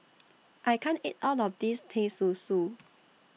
I can't eat All of This Teh Susu